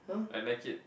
I like it